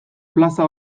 plaza